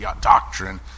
doctrine